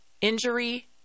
injury